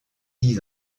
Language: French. dix